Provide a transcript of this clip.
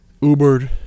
Ubered